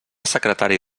secretari